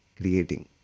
creating